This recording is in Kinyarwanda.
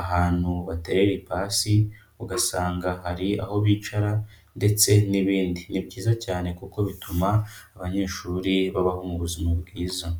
ahantu batera ipasi, ugasanga hari aho bicara ndetse n'ibindi. Ni byiza cyane kuko bituma abanyeshuri babaho mu buzima bwiza.